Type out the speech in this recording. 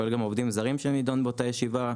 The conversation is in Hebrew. הוא כולל גם עובדים זרים שנדונו באותה הישיבה.